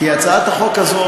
כי הצעת החוק הזאת,